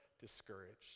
discouraged